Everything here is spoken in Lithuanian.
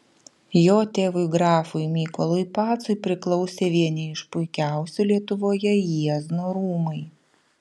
jo tėvui grafui mykolui pacui priklausė vieni iš puikiausių lietuvoje jiezno rūmai